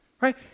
right